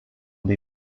bei